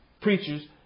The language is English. preachers